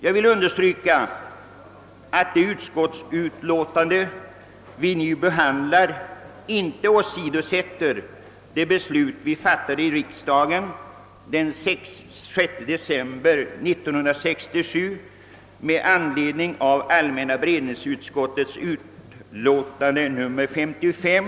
Jag vill understryka att det utskottsutlåtande vi behandlar inte åsidosätter det beslut vi fattade i riksdagen den 6 december 1967 med anledning av allmänna beredningsutskottets utlåtande nr 55.